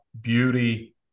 beauty